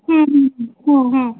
हं हं